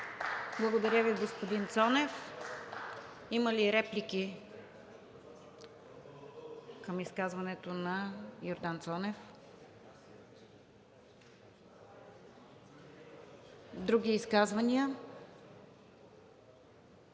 Благодаря Ви, господин Цонев. Има ли реплики към изказването на Йордан Цонев? Други изказвания?